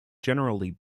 generally